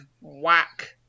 whack